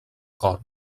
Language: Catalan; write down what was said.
cor